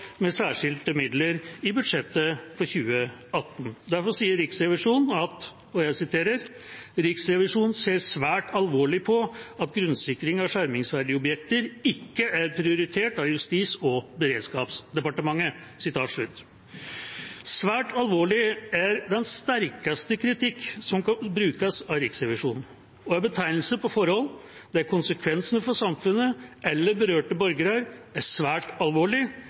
med særskilte midler i budsjettet for 2018. Derfor sier Riksrevisjonen: «Riksrevisjonen ser svært alvorlig på at grunnsikring av skjermingsverdige objekter ikke er prioritert av Justis- og beredskapsdepartementet.» «Svært alvorlig» er den sterkeste kritikk som kan brukes av Riksrevisjonen, og er betegnelse på forhold der konsekvensene for samfunnet eller berørte borgere er svært alvorlig,